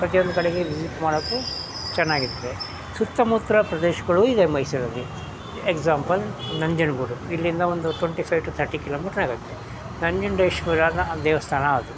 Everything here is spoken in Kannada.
ಪ್ರತಿ ಒಂದು ಕಡೆಗೆ ವಿಸಿಟ್ ಮಾಡೋಕ್ಕು ಚೆನ್ನಾಗಿರ್ತದೆ ಸುತ್ತಮುತ್ತರ ಪ್ರದೇಶಗಳು ಇದೆ ಮೈಸೂರಲ್ಲಿ ಎಕ್ಸಾಂಪಲ್ ನಂಜನಗೂಡು ಇಲ್ಲಿಂದ ಒಂದು twenty five to thirty kilometre ಆಗುತ್ತೆ ನಂಜುಂಡೇಶ್ವರನ ದೇವಸ್ಥಾನ ಅದು